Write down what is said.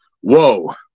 whoa